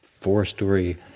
four-story